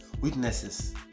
witnesses